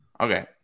Okay